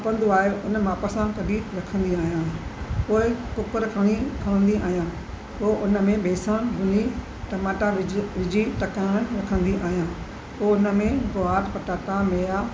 खपंदो आहे उन माप सां कढी रखंदी आहियां पोइ कुकर खणी खणंदी आहियां पोइ उनमें बेसण भुञी टमाटा विझ विझी टकण रखंदी आहियां पोइ उनमें गवार पटाटा मेआ